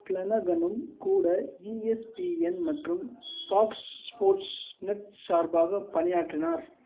ஃப்லனகனும் கூட E S P N மற்றும் Fox Sports Net சார்பாகப் பணியாற்றினார்